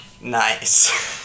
Nice